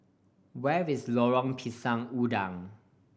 where is Lorong Pisang Udang